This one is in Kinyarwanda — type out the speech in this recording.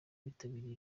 bitabiriye